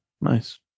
nice